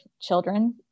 children